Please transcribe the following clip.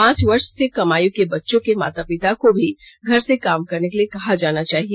पाँच वर्ष से कम आयु के बच्चों के माता पिता को भी घर से काम करने के लिए कहा जाना चाहिए